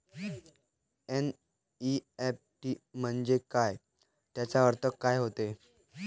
NEFT म्हंजे काय, त्याचा अर्थ काय होते?